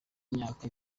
imyaka